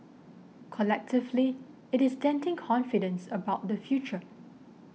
collectively it is denting confidence about the future